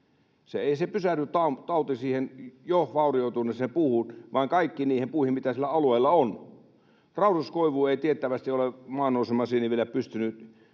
ei pysähdy siihen jo vaurioituneeseen puuhun vaan kaikkiin niihin puihin, mitä siellä alueella on. Rauduskoivuun ei tiettävästi ole maannousemasieni vielä pystynyt